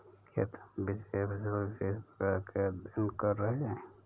क्या तुम विशेष फसल के विशेष प्रकार का अध्ययन कर रहे हो?